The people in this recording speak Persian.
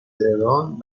تهران